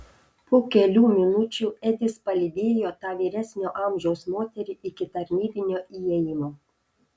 po kelių minučių edis palydėjo tą vyresnio amžiaus moterį iki tarnybinio įėjimo